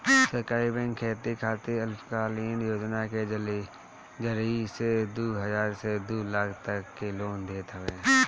सहकारी बैंक खेती खातिर अल्पकालीन योजना के जरिया से दू हजार से दू लाख तक के लोन देत हवे